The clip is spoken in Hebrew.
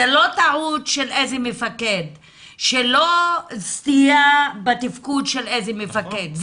זה לא טעות של איזה מפקד שלא סייע בתפקוד של איזה מפקד.